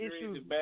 issues